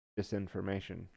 disinformation